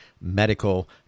medical